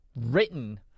written